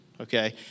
okay